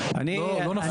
לא, לא נפוץ.